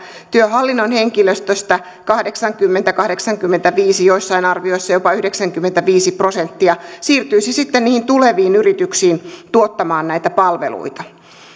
työhallinnon henkilöstöstä kahdeksankymmentä viiva kahdeksankymmentäviisi joissain arvioissa jopa yhdeksänkymmentäviisi prosenttia siirtyisi sitten niihin tuleviin yrityksiin tuottamaan näitä palveluita